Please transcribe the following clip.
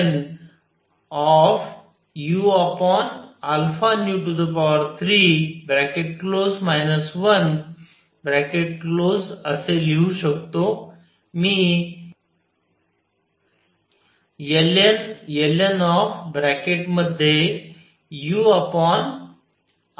मी ln u3 1बाहेर काढू शकतो